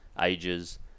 ages